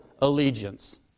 allegiance